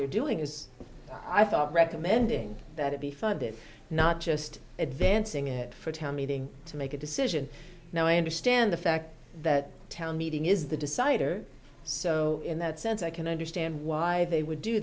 they're doing is i thought recommending that it be funded not just advancing it for a town meeting to make a decision now i understand the fact that town meeting is the decider so in that sense i can understand why they would do